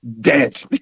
dead